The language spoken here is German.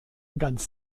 ganz